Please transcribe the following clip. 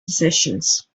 decisions